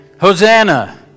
Hosanna